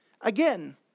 Again